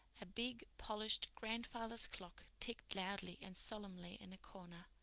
a big, polished grandfather's clock ticked loudly and solemnly in a corner.